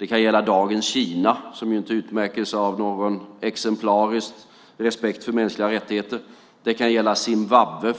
Det kan gälla dagens Kina, som inte utmärker sig av någon exemplarisk respekt för mänskliga rättigheter. Det kan gälla det